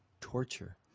torture